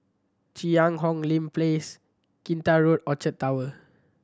Cheang Hong Lim Place Kinta Road Orchard Tower